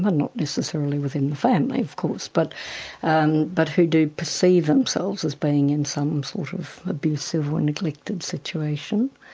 but not necessarily within the family of course, but and but who do perceive themselves as being in some sort of abusive or neglected situation,